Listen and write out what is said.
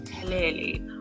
clearly